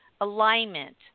alignment